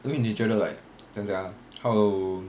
I mean 你觉得 like 怎样讲 ah how to